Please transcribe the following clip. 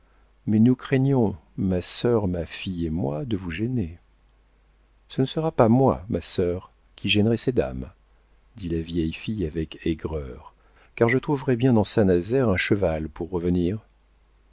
mais nous craignons ma sœur ma fille et moi de vous gêner ce ne sera pas moi ma sœur qui gênerai ces dames dit la vieille fille avec aigreur car je trouverai bien dans saint-nazaire un cheval pour revenir